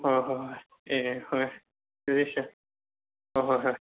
ꯍꯣꯏ ꯍꯣꯏ ꯍꯣꯏ ꯑꯦ ꯍꯣꯏ ꯐꯅꯤ ꯁꯥꯔ ꯍꯣꯏ ꯍꯣꯏ ꯍꯣꯏ